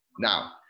Now